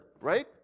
right